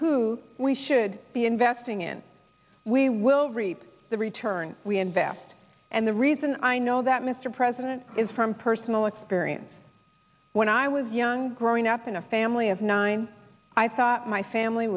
who we should be investing in we will reap the return we invest and the reason i know that mr president is from personal experience when i was young growing up in a family of nine i thought my family